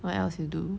what else you do